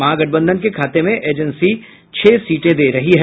महागठबंधन के खाते में एजेंसी छह सीटें दे रहा है